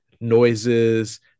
noises